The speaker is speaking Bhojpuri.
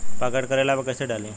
पॉकेट करेला पर कैसे डाली?